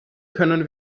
können